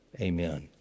amen